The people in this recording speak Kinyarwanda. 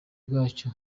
bwacyo